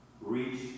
reach